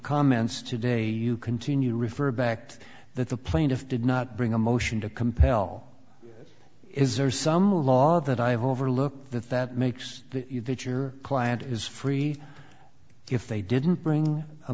comments today you continue to refer back to that the plaintiff did not bring a motion to compel is there some law that i hove or look that that makes you that your client is free if they didn't bring a